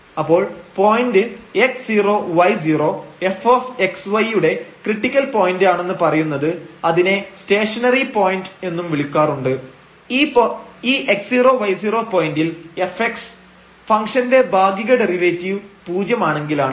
അപ്പോൾ point x0 y0 fxy യുടെ critical point ആണെന്ന് പറയുന്നത് അതിനെ സ്റ്റേഷനറി പോയിന്റ് എന്നും വിളിക്കാറുണ്ട് ഈ x0y0 പോയന്റിൽ fx ഫംഗ്ഷന്റെ ഭാഗിക ഡെറിവേറ്റീവ് പൂജ്യം ആണെങ്കിലാണ്